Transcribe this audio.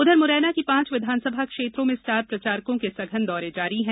उधर मुरैना की पांच विधानसभा क्षेत्रों में स्टार प्रचारकों के सघन दौरे जारी है